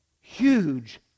huge